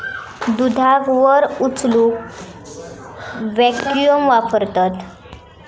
दुधाक वर उचलूक वॅक्यूम वापरतत